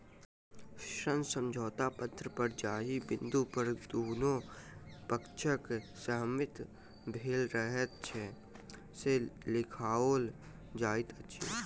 ऋण समझौता पत्र पर जाहि बिन्दु पर दुनू पक्षक सहमति भेल रहैत छै, से लिखाओल जाइत छै